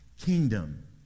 kingdom